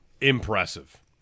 impressive